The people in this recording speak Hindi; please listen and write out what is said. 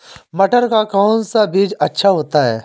मटर का कौन सा बीज अच्छा होता हैं?